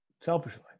selfishly